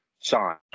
Sean